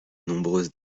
nombreuses